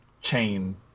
chain